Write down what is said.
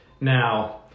Now